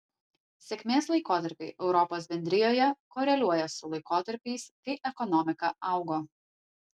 sėkmės laikotarpiai europos bendrijoje koreliuoja su laikotarpiais kai ekonomika augo